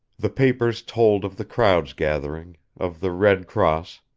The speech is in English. the papers told of the crowds gathering, of the red cross,